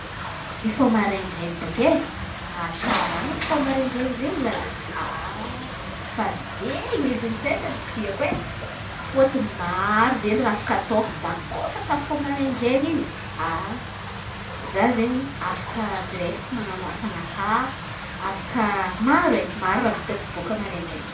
Mifoha maraindrainy baka e! Tsara mifoha maraindrainy izen̈y zalahy. Fa in̈y edy ten̈a tiako e fôtony maro izen̈y raha afaka atôko za kô efa tafafoha maraindrainy. Za izen̈y afaky direkty manan̈o asanakà afaka maro e maro raha vitako bôaka maraindrainy.